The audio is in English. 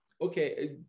okay